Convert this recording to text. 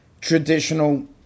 traditional